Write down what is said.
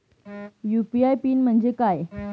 UPI PIN म्हणजे काय?